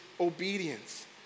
obedience